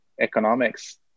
economics